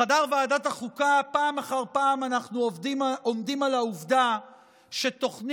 בחדר ועדת החוקה אנחנו עומדים פעם אחר פעם על העובדה שתוכנית